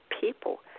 people